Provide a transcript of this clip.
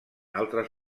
altres